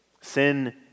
Sin